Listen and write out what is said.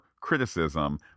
criticism